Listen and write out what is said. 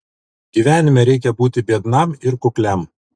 gyvenime reikia būti biednam ir kukliam